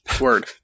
word